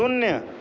शून्य